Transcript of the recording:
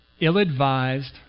ill-advised